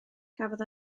cafodd